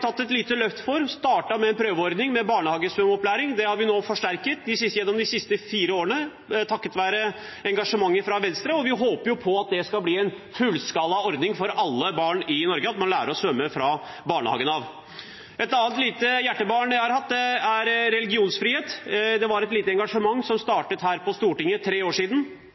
tatt et lite løft for og har startet med en prøveordning med svømmeopplæring i barnehagen. Det har vi forsterket gjennom de siste fire årene, takket være engasjementet fra Venstre. Vi håper at det skal bli en fullskala ordning for alle barn i Norge, og at man lærer å svømme fra barnehagen av. Et annet lite hjertebarn jeg har hatt, er religionsfrihet. Det var et lite engasjement som startet her på Stortinget for tre år siden.